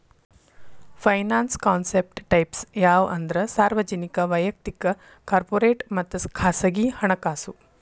finance concept types ಯಾವಂದ್ರ ಸಾರ್ವಜನಿಕ ವಯಕ್ತಿಕ ಕಾರ್ಪೊರೇಟ್ ಮತ್ತ ಖಾಸಗಿ ಹಣಕಾಸು